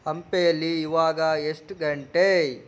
ಹಂಪಿಯಲ್ಲಿ ಇವಾಗ ಎಷ್ಟು ಗಂಟೆ